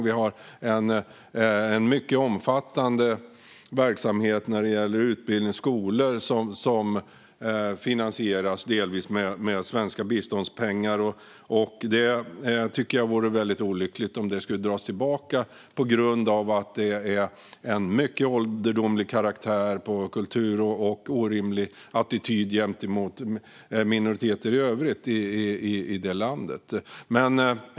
Vi har en mycket omfattande verksamhet när det gäller utbildning och skolor, och den finansieras delvis med svenska biståndspengar. Jag tycker att det vore väldigt olyckligt om det skulle dras tillbaka på grund av att det är en mycket ålderdomlig karaktär på kulturen och en orimlig attityd gentemot minoriteter i övrigt i det landet.